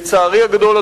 לצערי הגדול,